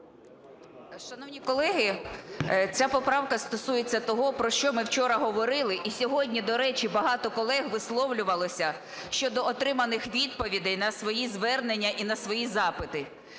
Шановні колеги, ця поправка стосується того, про що ми вчора говорили і сьогодні, до речі, багато колег висловлювалися щодо отриманих відповідей на свої звернення і на свої запити.